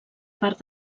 part